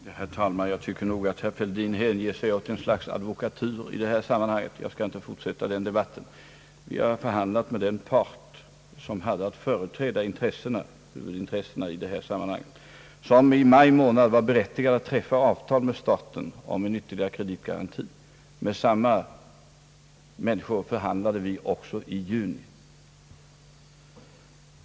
Herr talman! Jag tycker nog att herr Fälldin hängiver sig åt något slags advokatyr i detta sammanhang, och jag skall inte fortsätta den debatten. Vi har förhandlat med den part som hade att företräda företagets intressen i detia sammanhang och som i maj var berättigad att träffa avtal med staten om ytterligare kreditgaranti. Med samma människor förhandlade vi också i juni.